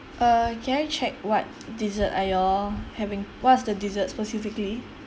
uh can I check what dessert are you all having what's the dessert specifically